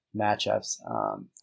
matchups